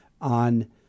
on